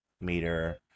meter